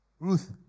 Ruth